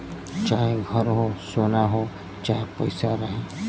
चाहे घर हो, सोना हो चाहे पइसा रहे